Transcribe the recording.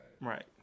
Right